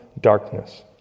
darkness